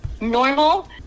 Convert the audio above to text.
normal